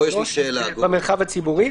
במרחב הציבורי,